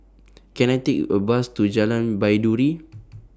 Can I Take A Bus to Jalan Baiduri